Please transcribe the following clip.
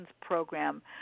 program